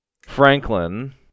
Franklin